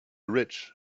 rich